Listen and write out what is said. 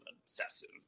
obsessive